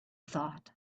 thought